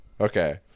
Okay